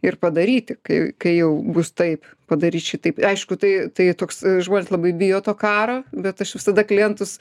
ir padaryti kai kai jau bus taip padaryt šitaip aišku tai tai toks žmonės labai bijo to karo bet aš visada klientus